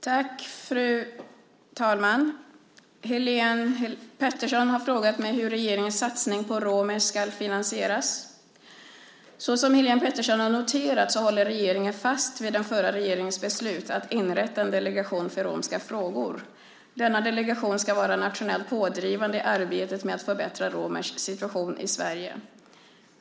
Fru talman! Helene Petersson har frågat mig hur regeringens satsning på romer ska finansieras. Såsom Helene Petersson har noterat håller regeringen fast vid den förra regeringens beslut att inrätta en delegation för romska frågor. Denna delegation ska vara nationellt pådrivande i arbetet med att förbättra romers situation i Sverige.